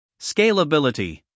Scalability